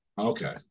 Okay